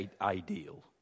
ideal